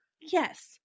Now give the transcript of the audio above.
Yes